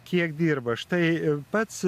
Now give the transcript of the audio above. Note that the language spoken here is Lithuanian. kiek dirba štai ir pats